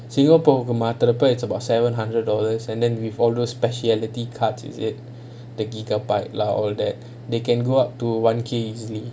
singapore மாத்துற அப்போ:maathura appo is about seven hundreds dollar and then with all those speciality cards is it the gigabyte lah all that they can go up to one K easily